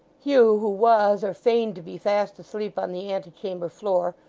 hugh, who was, or feigned to be, fast asleep on the ante-chamber floor,